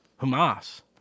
Hamas